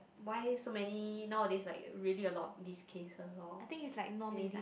why so many nowadays like really a lot of these cases lor then is like